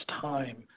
time